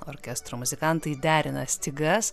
orkestro muzikantai derina stygas